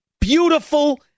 beautiful